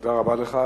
תודה רבה לך,